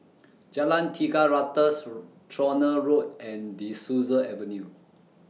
Jalan Tiga Ratus Tronoh Road and De Souza Avenue